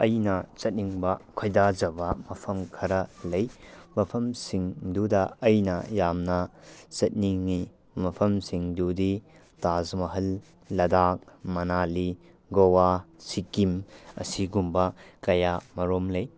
ꯑꯩꯅ ꯆꯠꯅꯤꯡꯕ ꯈꯣꯏꯗꯥꯖꯕ ꯃꯐꯝ ꯈꯔ ꯂꯩ ꯃꯐꯝꯁꯤꯡꯗꯨꯗ ꯑꯩꯅ ꯌꯥꯝꯅ ꯆꯠꯅꯤꯡꯏ ꯃꯐꯝꯁꯤꯡꯗꯨꯗꯤ ꯇꯥꯖ ꯃꯍꯜ ꯂꯗꯥꯛ ꯃꯅꯥꯂꯤ ꯒꯋꯥ ꯁꯤꯛꯀꯤꯝ ꯑꯁꯤꯒꯨꯝꯕ ꯀꯌꯥꯃꯔꯨꯝ ꯂꯩ